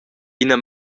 ina